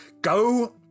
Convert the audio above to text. go